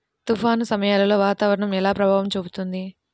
తుఫాను సమయాలలో వాతావరణం ఎలా ప్రభావం చూపుతుంది?